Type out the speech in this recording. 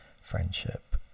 friendship